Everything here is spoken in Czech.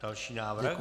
Další návrh.